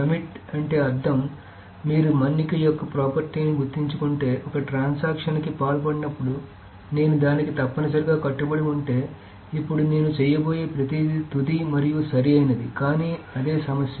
commit అంటే అర్థం మీరు మన్నిక యొక్క ప్రాపర్టీ ని గుర్తుంచుకుంటే ఒక ట్రాన్సక్షన్ కి పాల్పడినప్పుడునేను దానికి తప్పనిసరిగా కట్టుబడి ఉంటే ఇప్పుడు నేను చేయబోయే ప్రతిదీ తుది మరియు సరియైనది కానీ అదే సమస్య